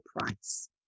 price